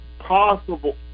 Possible